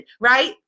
right